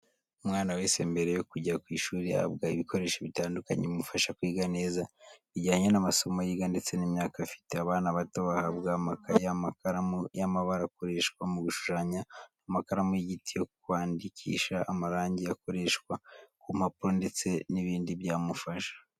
Umwana wese mbere yo kujya ku ishuri ahabwa ibikoresho bitandukanye bimufasha kwiga neza bijyanye n'amasome yiga ndetse n'imyaka afite, abana bato bahabwa amakaye, amakaramu y'amabara akoreshwa mu gushushanya, amakaramu y'igiti yo kwandikisha, amarangi akoreshwa ku mpapuro ndetse n'ibindi byamufasha.